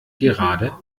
gerade